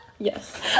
Yes